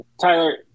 Tyler